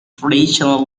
traditional